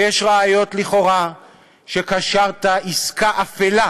יש ראיות לכאורה שקשרת עסקה אפלה,